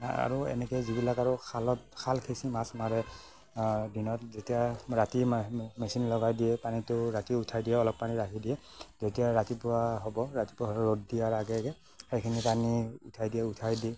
আৰু এনেকৈ যিবিলাক আৰু খালত খাল সিঁচি মাছ মাৰে দিনত যেতিয়া ৰাতি মেচিন লগাই দিয়ে পানীটো ৰাতি উঠাই দিয়ে অলপ পানী ৰাখি দিয়ে যেতিয়া ৰাতিপুৱা হ'ব ৰাতিপুৱা হৈ ৰ'দ দিয়াৰ আগে আগে সেইখিনি পানী উঠাই দিয়ে উঠাই দি